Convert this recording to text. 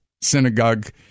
synagogue